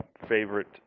favorite